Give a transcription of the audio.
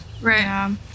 right